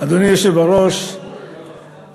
אדוני יושב-ראש ועדת החוקה,